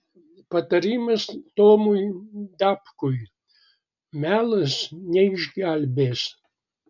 patarimas tomui dapkui melas neišgelbės